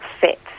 fit